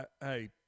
hey